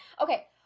Okay